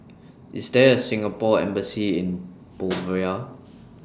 IS There A Singapore Embassy in Bolivia